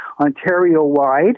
Ontario-wide